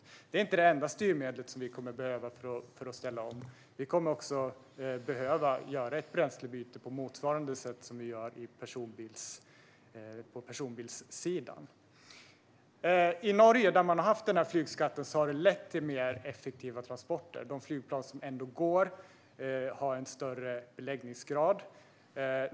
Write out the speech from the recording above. Detta är inte det enda styrmedel som vi kommer att behöva för att ställa om. Vi kommer också att behöva göra ett bränslebyte på motsvarande sätt som vi gör på personbilssidan. I Norge, där man har haft denna flygskatt, har det lett till mer effektiva transporter. De flygplan som ändå går har en större beläggningsgrad.